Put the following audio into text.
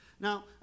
Now